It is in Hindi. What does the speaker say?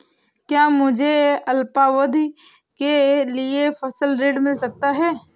क्या मुझे अल्पावधि के लिए फसल ऋण मिल सकता है?